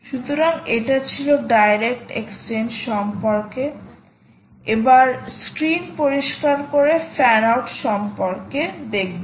সুতরাং এটা ছিল ডাইরেক্ট এক্সচেঞ্জ সম্পর্কে এবার স্ক্রিন পরিষ্কার করে ফ্যান আউট সম্পর্কে দেখব